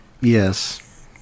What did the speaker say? Yes